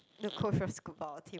the coach was good for our team